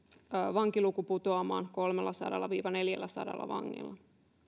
vankiluku putoamaan kolmellasadalla viiva neljälläsadalla vangilla